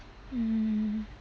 mm